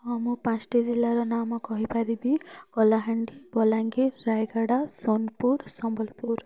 ହଁ ମୁଁ ପାଞ୍ଚଟି ଜିଲ୍ଲାର ନାମ କହିପାରିବି କଲାହାଣ୍ଡି ବଲାଙ୍ଗୀର ରାୟଗଡ଼ା ସୋନପୁର ସମ୍ବଲପୁର